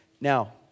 Now